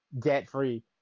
debt-free